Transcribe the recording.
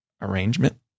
arrangement